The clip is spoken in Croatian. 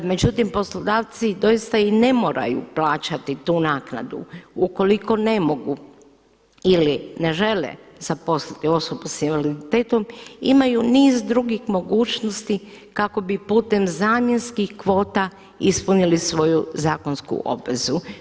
Međutim, poslodavci doista i ne moraju plaćati tu naknadu ukoliko ne mogu ili ne žele zaposliti osobu sa invaliditetom imaju niz drugih mogućnosti kako bi putem zamjenskih kvota ispunili svoju zakonsku obvezu.